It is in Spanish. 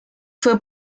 fue